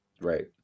Right